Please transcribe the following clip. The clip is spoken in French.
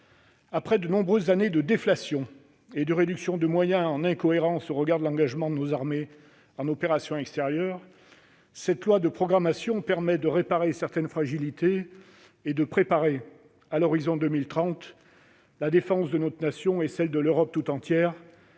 Après de nombreuses années de déflation et d'une réduction de moyens incohérente au regard de l'engagement de nos armées en opérations extérieures, cette loi de programmation a permis de réparer certaines fragilités et de préparer, à l'horizon de 2030, la défense de notre Nation et de l'Europe tout entière,